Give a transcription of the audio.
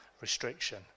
Restriction